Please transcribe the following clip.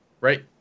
right